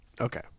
Okay